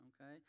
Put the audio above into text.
Okay